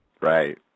Right